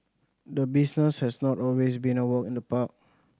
the business has not always been a walk in the park